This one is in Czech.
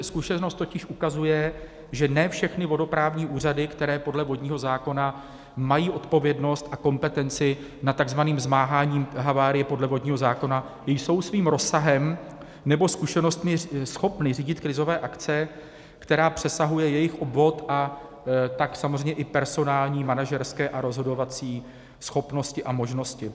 Zkušenost totiž ukazuje, že ne všechny vodoprávní úřady, které podle vodního zákona mají odpovědnost a kompetenci nad takzvaným zmáháním havárie podle vodního zákona, jsou svým rozsahem nebo zkušenostmi schopny řídit krizové akce, které přesahují jejich obvod, a tak samozřejmě i personální, manažerské a rozhodovací schopnosti a možnosti.